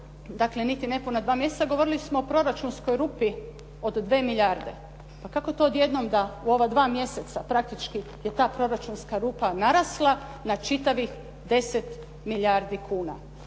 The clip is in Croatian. dakle niti nepuna dva mjeseca, govorili smo o proračunskoj rupi od 2 milijarde. Pa kako to odjednom da u ova 2 mjeseca praktički je ta proračunska rupa narasla na čitavih 10 milijardi kuna?